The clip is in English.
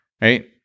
Right